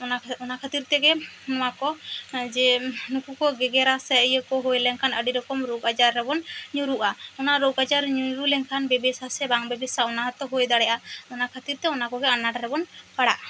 ᱚᱱᱟ ᱚᱱᱟ ᱠᱷᱟᱹᱛᱤᱨ ᱛᱮᱜᱮ ᱱᱚᱣᱟ ᱠᱚ ᱡᱮ ᱱᱩᱠᱩ ᱠᱚ ᱜᱮᱜᱮᱨᱟ ᱥᱮ ᱤᱭᱟᱹ ᱠᱚ ᱦᱳᱭ ᱞᱮᱱᱠᱷᱟᱱ ᱟᱹᱰᱤ ᱨᱚᱠᱚᱢ ᱨᱳᱜᱽ ᱟᱡᱟᱨ ᱨᱮᱵᱚᱱ ᱧᱩᱨᱩᱜᱼᱟ ᱚᱱᱟ ᱨᱳᱜᱽ ᱟᱡᱟᱨ ᱧᱩᱨᱩ ᱞᱮᱱᱠᱷᱟᱱ ᱵᱮᱵᱮᱥᱟ ᱥᱮ ᱵᱟᱝ ᱵᱮᱵᱮᱥᱟ ᱚᱱᱟ ᱦᱚᱸ ᱛᱚ ᱦᱩᱭ ᱫᱟᱲᱮᱜᱼᱟ ᱚᱱᱟ ᱠᱷᱟᱹᱛᱤᱨ ᱛᱮ ᱚᱱᱟ ᱠᱚᱜᱮ ᱟᱱᱟᱸᱴ ᱨᱮᱵᱚᱱ ᱯᱟᱲᱟᱜᱼᱟ